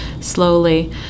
slowly